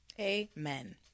Amen